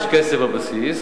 יש כסף בבסיס,